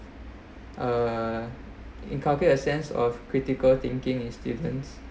uh inculcate a sense of critical thinking is different